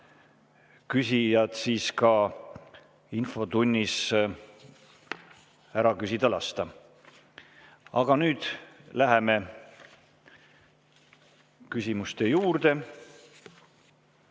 küsijatel siis infotunnis ära küsida lasta. Aga nüüd läheme küsimuste juurde.